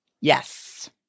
Yes